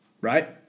right